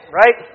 right